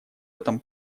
этом